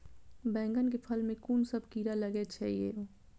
बैंगन के फल में कुन सब कीरा लगै छै यो?